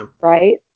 Right